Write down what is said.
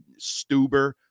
Stuber